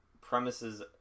premises